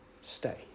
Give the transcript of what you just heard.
stay